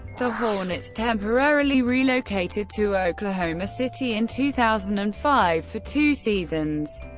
the hornets temporarily relocated to oklahoma city in two thousand and five for two seasons,